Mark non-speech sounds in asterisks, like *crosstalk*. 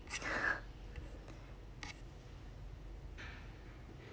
*breath*